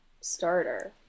starter